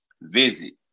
Visit